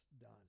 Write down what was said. done